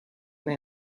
they